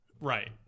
Right